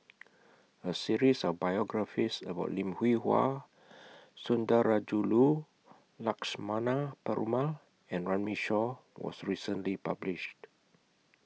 A series of biographies about Lim Hwee Hua Sundarajulu Lakshmana Perumal and Runme Shaw was recently published